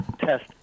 test